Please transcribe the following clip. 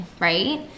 right